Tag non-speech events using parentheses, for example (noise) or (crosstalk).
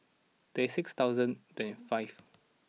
twenty six thousand (unintelligible) five